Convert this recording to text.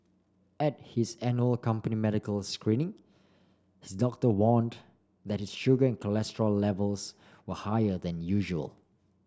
at his annual company medical screening his doctor warned that his sugar cholesterol levels were higher than usual